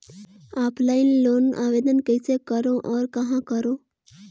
Offline loan आवेदन कइसे करो और कहाँ करो?